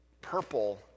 purple